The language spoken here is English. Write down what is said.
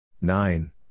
Nine